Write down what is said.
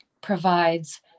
provides